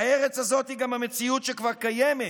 הארץ הזאת היא גם המציאות שכבר קיימת